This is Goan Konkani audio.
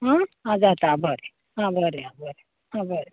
हां आं जाता बरें आं बरें बरें हां बरें